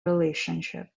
relationship